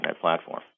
platform